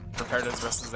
prepared as best as